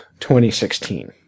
2016